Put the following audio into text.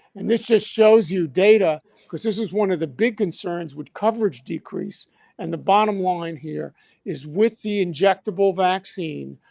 and this just shows you data because this is one of the big concerns with coverage decrease and the bottom line here is with the injectable vaccine,